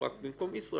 הוא רק במקום ישראכרט,